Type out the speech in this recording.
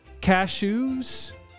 cashews